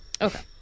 Okay